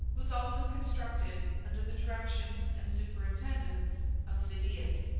was also constructed under the direction and superintendence of phidias.